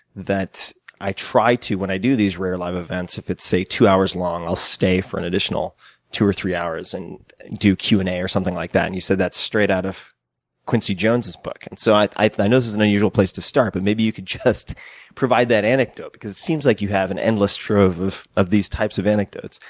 that i try to, when i do these rare live events, if it's, say, two hours long i'll stay for an additional two or three hours and do q and a or something like that. and you said that's straight out of quincy jones's book. and so i i know this is an unusual place to start, but maybe you could just provide that anecdote because it seems like you have an endless trove of of these types of anecdotes.